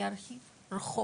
אני אגיד רחוב.